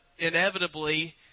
Inevitably